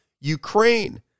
Ukraine